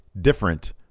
different